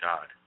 God